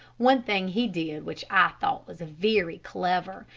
one thing he did which i thought was very clever.